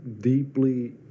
deeply